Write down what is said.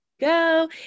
go